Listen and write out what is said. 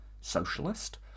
socialist